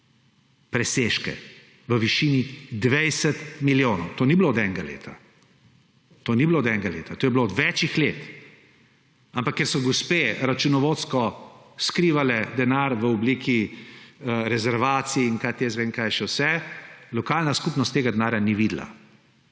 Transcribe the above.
presežke v višini 20 milijonov. To ni bilo od enega leta. To ni bilo od enega leta, to je bilo od več let, ampak ker so gospe računovodsko skrivale denar v obliki rezervacij in kaj jaz vem, česa še vsega, lokalna skupnost tega denarja ni videla.